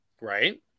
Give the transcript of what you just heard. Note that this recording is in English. Right